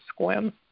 squim